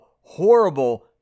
horrible